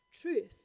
Truth